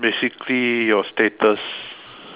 basically your status